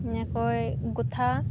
এনেকৈ গুঠা